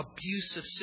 abusive